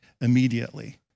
immediately